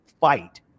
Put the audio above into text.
fight